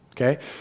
okay